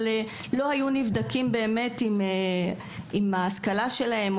אבל לא היו נבדקים באמת עם ההשכלה שלהם,